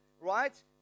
right